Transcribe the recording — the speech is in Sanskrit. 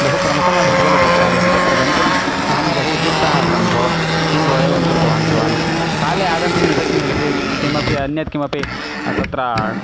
बहु प्रमुखमासीत् खलु तत् कार्यं तत्र गन्तुम् अहं बहु उद्युक्तः आसं भो किं भो एवं कृतवान् भवान् काले आगन्तुं न शक्नोति चेत् किमपि अन्यत् किमपि तत्र